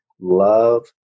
love